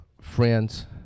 friends